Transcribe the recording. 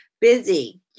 busy